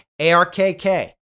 ARKK